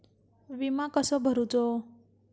विमा कसो भरूचो?